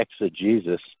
exegesis